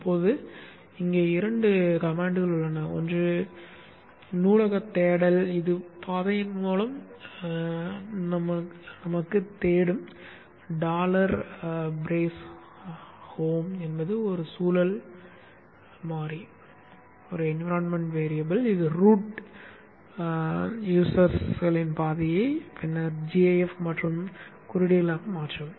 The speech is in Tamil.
இப்போது இங்கே இரண்டு கட்டளைகள் உள்ளன ஒன்று கூறு நூலகத் தேடல் இது இந்தப் பாதையின் மூலம் தேடும் டாலர் பிரேஸ் ஹோம் என்பது சூழல் மாறி இது ரூட் பயனர்களின் பாதையை பின்னர் gaf மற்றும் சின்னங்களாக மாற்றும்